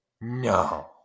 No